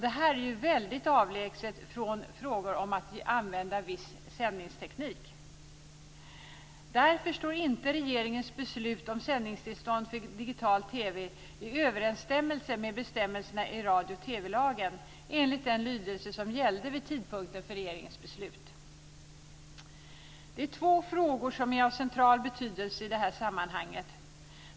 Det här är ju mycket avlägset från frågor om att använda viss sändningsteknik. Därför står inte regeringens beslut om sändningstillstånd för digital TV i överensstämmelse med bestämmelserna i radio och TV-lagen enligt den lydelse som gällde vid tidpunkten för regeringens beslut. Det är två frågor som är av central betydelse i det här sammanhanget.